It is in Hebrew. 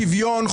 שוויון,